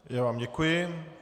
Já vám děkuji.